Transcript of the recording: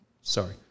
Sorry